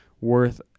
worth